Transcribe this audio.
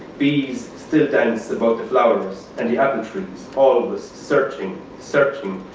bees still dance about the flowers and the apples trees always searching, searching.